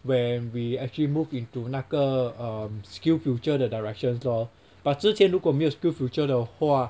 when we actually moved into 那个 mm Skillfuture the directions lor but 之前如果没有 Skillfuture 的话